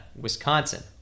Wisconsin